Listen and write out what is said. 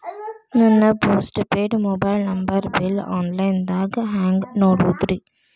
ನನ್ನ post paid mobile number bill, online ದಾಗ ಹ್ಯಾಂಗ್ ನೋಡೋದ್ರಿ?